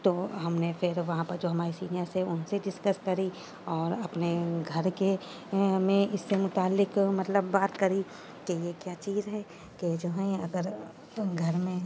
تو ہم نے پھر وہاں پر جو ہمارے سینئر تھے ان سے ڈسکس کری اور اپنے گھر کے میں اس سے متعلق مطلب بات کری کہ یہ کیا چیز ہے کہ جو ہیں اگر گھر میں